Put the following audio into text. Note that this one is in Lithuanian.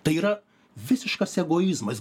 tai yra visiškas egoizmas